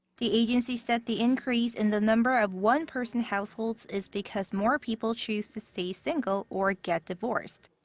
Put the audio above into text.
the agency said the increase in the number of one-person households is because more people choose to stay single or get divorced.